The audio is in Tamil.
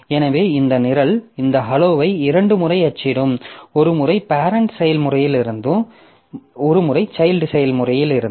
எனவே இந்த நிரல் இந்த helloவை இரண்டு முறை அச்சிடும் ஒரு முறை பேரெண்ட் செயல்முறையிலிருந்து ஒரு முறை சைல்ட் செயல்முறையிலிருந்து